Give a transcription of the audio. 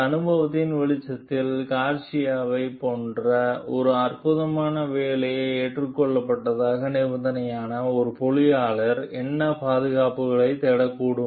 இந்த அனுபவத்தின் வெளிச்சத்தில் கார்சியாவைப் போன்ற ஒரு அற்புதமான வேலையை ஏற்றுக்கொள்வதற்கான நிபந்தனையாக ஒரு பொறியியலாளர் என்ன பாதுகாப்புகளைத் தேடக்கூடும்